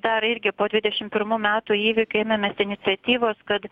dar irgi po dvidešim pirmų metų įvykių ėmėmės iniciatyvos kad